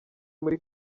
muri